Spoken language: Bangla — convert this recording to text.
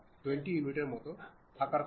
আমি এই উপাদানটিকে সরাতে চাই